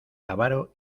avaro